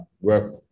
work